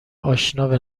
اشنا